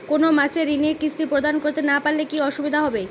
কোনো মাসে ঋণের কিস্তি প্রদান করতে না পারলে কি অসুবিধা হবে?